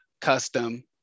custom